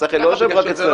השכל לא יושב רק אצלנו.